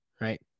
right